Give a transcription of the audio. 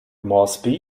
moresby